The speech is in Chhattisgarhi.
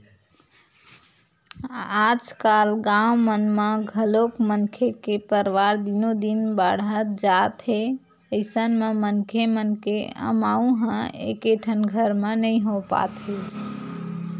आजकाल गाँव मन म घलोक मनखे के परवार दिनो दिन बाड़हत जात हे अइसन म मनखे मन के अमाउ ह एकेठन घर म नइ हो पात हे